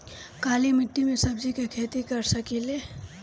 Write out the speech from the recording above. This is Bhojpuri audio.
काली मिट्टी में सब्जी के खेती कर सकिले?